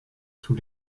sous